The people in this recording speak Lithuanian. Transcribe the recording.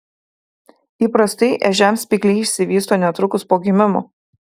įprastai ežiams spygliai išsivysto netrukus po gimimo